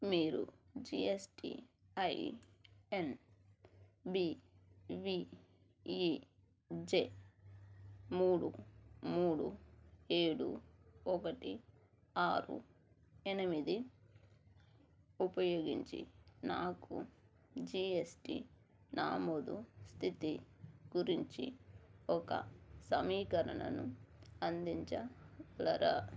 మీరు GSTIN B V E J మూడు మూడు ఏడు ఒకటి ఆరు ఎనిమిది ఉపయోగించి నాకు జీఎస్టీ నమోదు స్థితి గురించి ఒక సమీకరణను అందించగలరా